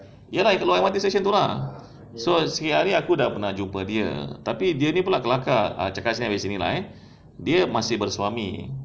iya lah kat luar M_R_T station tu lah so sekali hari aku dah pernah jumpa dia tapi dia ni pula kelakar ah cakap dari sini eh dia masih bersuami